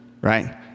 right